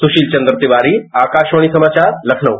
सुशील चंद्र तिवारी आकाशवाणी समाचार लखनऊ